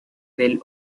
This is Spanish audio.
del